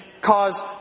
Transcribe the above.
cause